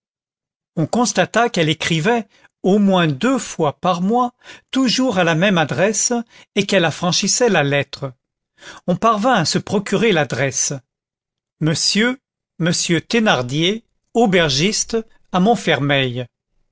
on constata qu'elle écrivait au moins deux fois par mois toujours à la même adresse et qu'elle affranchissait la lettre on parvint à se procurer l'adresse monsieur monsieur thénardier aubergiste à montfermeil